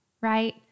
right